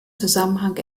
zusammenhang